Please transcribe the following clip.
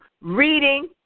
reading